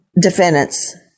defendants